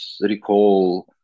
recall